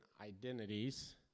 identities